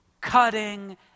Cutting